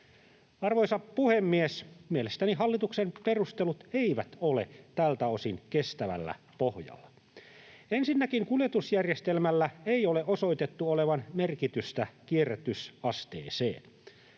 Arvoisa puhemies! Mielestäni hallituksen perustelut eivät ole tältä osin kestävällä pohjalla. Ensinnäkin kuljetusjärjestelmällä ei ole osoitettu olevan merkitystä kierrätysasteessa.